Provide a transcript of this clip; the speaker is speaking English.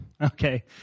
okay